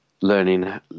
learning